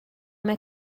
mae